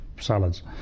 salads